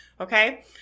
okay